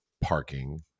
parking